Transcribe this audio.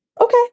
Okay